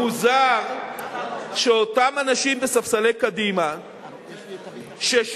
מוזר שאותם אנשים בספסלי קדימה ששתקו,